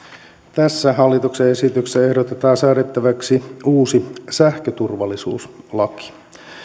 tässä hallituksen esityksessä ehdotetaan säädettäväksi uusi sähköturvallisuuslaki